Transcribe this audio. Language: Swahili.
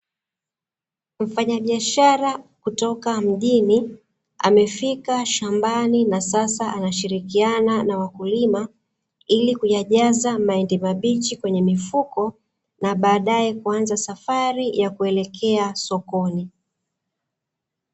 Mfanyabiashara kutoka mjini, amefika shambani na sasa anashirikiana na wakulima, ili kuyajaza mahindi mabichi kwenye mifuko, na baadae kuanza safari ya kuelekea sokoni.